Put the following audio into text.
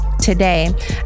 Today